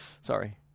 Sorry